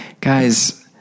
Guys